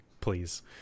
please